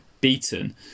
beaten